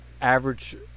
average